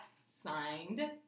Signed